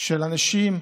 של אנשים,